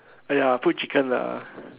!aiya! put chicken lah